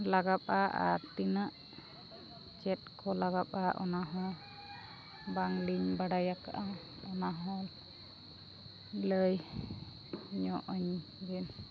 ᱞᱟᱜᱟᱜᱼᱟ ᱟᱨ ᱛᱤᱱᱟᱹᱜ ᱪᱮᱫ ᱠᱚ ᱞᱟᱜᱟᱜᱼᱟ ᱚᱱᱟ ᱦᱚᱸ ᱵᱟᱝ ᱞᱤᱧ ᱵᱟᱲᱟᱭ ᱟᱠᱟᱜᱼᱟ ᱚᱱᱟ ᱦᱚᱸ ᱞᱟᱹᱭ ᱧᱚᱜ ᱟᱹᱧ ᱵᱤᱱ